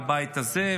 בבית הזה,